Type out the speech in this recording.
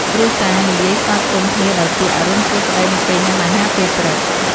គ្រួសារនិយាយស្វាគមន៍គ្នាដោយពាក្យ "អរុណសួស្តី" នៅពេលញុំាអាហារពេលព្រឹក។